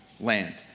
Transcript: land